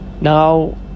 now